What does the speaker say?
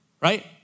right